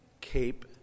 cape